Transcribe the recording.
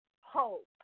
hope